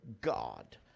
God